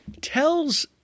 tells